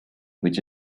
which